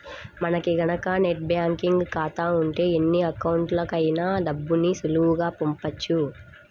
మనకి గనక net banking ఖాతా ఉంటే ఎన్ని అకౌంట్లకైనా డబ్బుని సులువుగా పంపొచ్చు